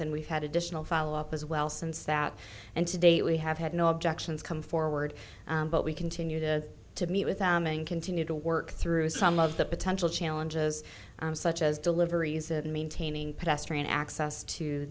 and we've had additional follow up as well since that and to date we have had no objections come forward but we continue to to meet with them and continue to work through some of the potential challenges such as deliveries of maintaining pedestrian access to